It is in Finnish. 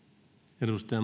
arvoisa